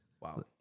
Wow